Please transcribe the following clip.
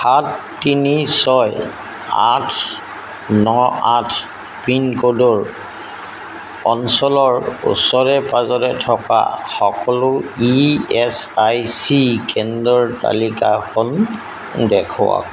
সাত তিনি ছয় আঠ ন আঠ পিনক'ডৰ অঞ্চলৰ ওচৰে পাঁজৰে থকা সকলো ই এচ আই চি কেন্দ্ৰৰ তালিকাখন দেখুৱাওক